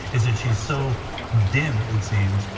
is that she's so dim, it seems,